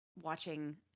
watching